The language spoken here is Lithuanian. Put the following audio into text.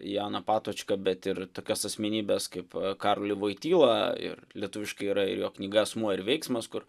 janą patočką bet ir tokias asmenybes kaip karolį voitylą ir lietuviškai yra ir jo knyga asmuo ir veiksmas kur